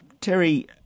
Terry